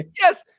yes